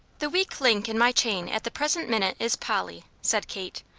the weak link in my chain at the present minute is polly, said kate.